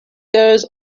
goes